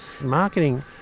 Marketing